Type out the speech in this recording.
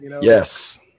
Yes